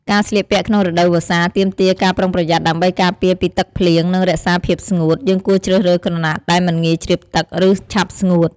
ការស្លៀកពាក់ក្នុងរដូវវស្សា ទាមទារការប្រុងប្រយ័ត្នដើម្បីការពារពីទឹកភ្លៀង និងរក្សាភាពស្ងួត។ យើងគួរជ្រើសរើស ក្រណាត់ដែលមិនងាយជ្រាបទឹក ឬ ឆាប់ស្ងួត។